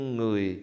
người